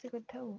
କରିଥାଉ